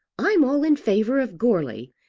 i'm all in favour of goarly,